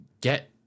get